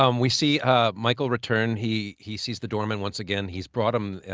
um we see ah michael return. he he sees the doorman once again. he's brought him,